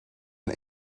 and